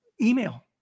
Email